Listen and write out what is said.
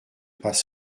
pas